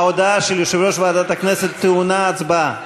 ההודעה של יושב-ראש ועדת הכנסת טעונה הצבעה.